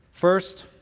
First